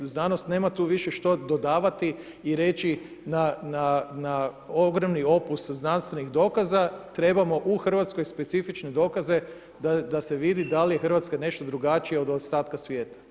Znanost nema tu više što dodavati i reći na ogromni opus znanstvenih dokaza trebamo u Hrvatskoj specifične dokaze da se vidi da li je Hrvatska nešto drugačije od ostatka svijeta.